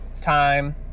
time